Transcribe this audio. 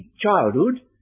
childhood